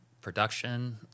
production